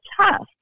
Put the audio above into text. test